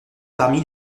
parmi